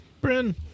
Bryn